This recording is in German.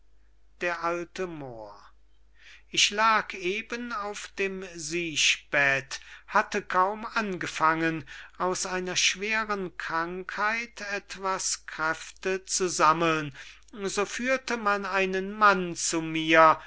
d a moor ich lag eben auf dem siechbett hatte kaum angefangen aus einer schweren krankheit etwas kräfte zu sammeln so führte man einen mann zu mir